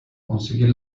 conseguir